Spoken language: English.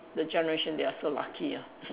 the generation they are so lucky ah